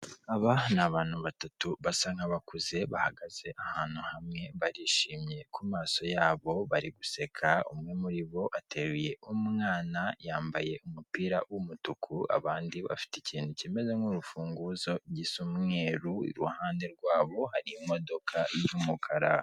Aba ni abantu batatu basa nk'abakuze, bahagaze ahantu hamwe, barishimye ku maso yabo bari guseka, umwe muri bo ateruye umwana yambaye umupira w'umutuku. Abandi bafite ikintu kimeze nk'urufunguzo gisa umweru, iruhande rwa bo hari imodoka y'umukara.